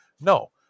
No